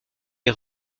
est